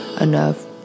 enough